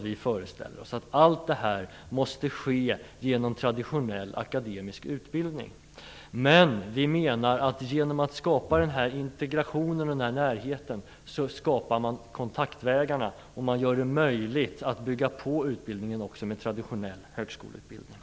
Vi föreställer oss inte att allt detta måste ske genom traditionell akademisk utbildning, men vi menar att genom att skapa en integration och en närhet skapas också kontaktvägar och möjligheter att bygga på utbildningen med traditionell högskoleutbildning.